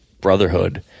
brotherhood